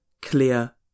clear